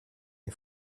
est